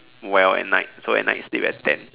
well at night so at night you sleep at ten